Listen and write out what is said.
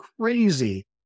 crazy